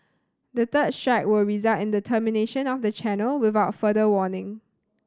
the third strike will result in the termination of the channel without further warning